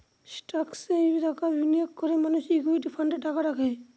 স্টকসে টাকা বিনিয়োগ করে মানুষ ইকুইটি ফান্ডে টাকা রাখে